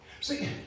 See